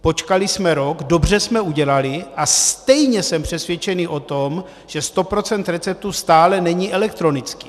Počkali jsme rok, dobře jsme udělali, a stejně jsem přesvědčen o tom, že sto procent receptů stále není elektronických.